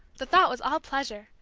the thought was all pleasure,